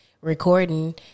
recording